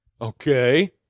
Okay